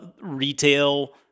retail –